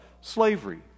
slavery